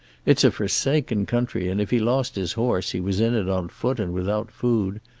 it's a forsaken country, and if he lost his horse he was in it on foot and without food.